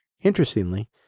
Interestingly